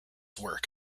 work